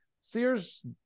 sears